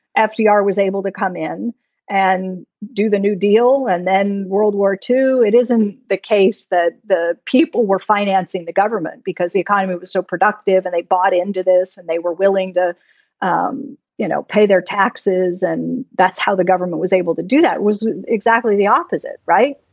fdr was able to come in and do the new deal. and then world war two, it isn't the case that the people were financing the government because the economy was so productive and they bought into this and they were willing to um you know pay their taxes. and that's how the government was able to do that was exactly the opposite, right?